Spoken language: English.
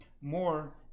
more